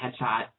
headshot